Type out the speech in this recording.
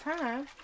time